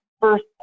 first